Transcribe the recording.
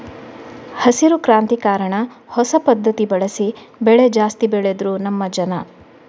ಹಸಿರು ಕ್ರಾಂತಿ ಕಾರಣ ಹೊಸ ಪದ್ಧತಿ ಬಳಸಿ ಬೆಳೆ ಜಾಸ್ತಿ ಬೆಳೆದ್ರು ನಮ್ಮ ಜನ